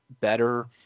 better